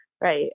Right